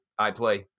iPlay